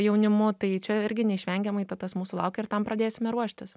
jaunimu tai čia irgi neišvengiamai ta tas mūsų laukia ir tam pradėsime ruoštis